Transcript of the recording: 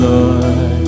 Lord